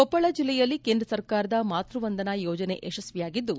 ಕೊಪ್ಪಳ ಜಿಲ್ಲೆಯಲ್ಲಿ ಕೇಂದ್ರ ಸರ್ಕಾರದ ಮಾತ್ರವಂದನಾ ಯೋಜನೆ ಯಶಸ್ವಿಯಾಗಿದ್ದು